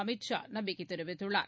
அமித் ஷா நம்பிக்கை தெரிவித்துள்ளார்